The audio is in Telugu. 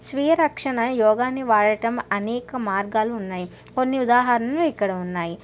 స్వీయరక్షణ యోగాన్నీ వాడటం అనేక మార్గాలు ఉన్నాయి కొన్ని ఉదాహరణలు ఇక్కడ ఉన్నాయి